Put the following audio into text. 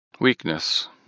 Weakness